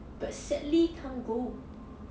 but sadly can't go